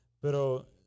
Pero